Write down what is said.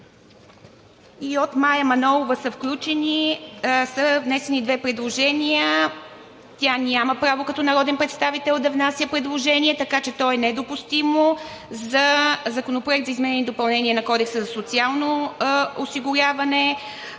И от Мая Манолова са внесени две предложения. Тя няма право като народен представител да внася предложение, така че то е недопустимо – за Законопроект за изменение и допълнение на Кодекса за социално осигуряване.